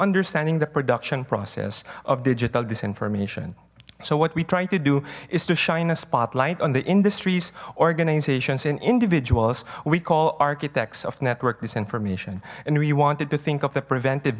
understanding the production process of digital disinformation so what we try to do is to shine a spotlight on the industries organizations and individuals we call architects of network misinformation and we wanted to think of the prevent